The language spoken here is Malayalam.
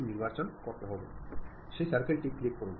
ഒരു സാധാരണ റഫറൻസ് ഫ്രെയിം ഉള്ളപ്പോൾ പോലും ചിലപ്പോൾ ഇത് സംഭവിക്കാറുണ്ട്